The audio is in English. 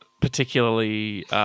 particularly